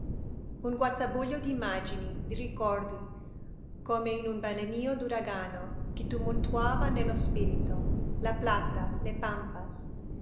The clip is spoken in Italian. un guazzabuglio d'immagini di ricordi come in un balenio d'uragano gli tumultuava nello spirito la plata le pampas